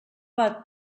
bat